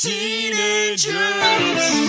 Teenagers